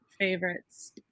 favorites